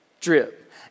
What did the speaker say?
drip